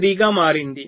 83 గా మారింది